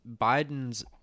Biden's